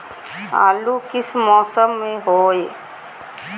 आलू किस मौसम में होई?